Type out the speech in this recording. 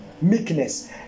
meekness